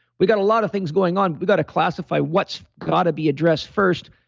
we've got a lot of things going on. we've got to classify, what's got to be addressed first.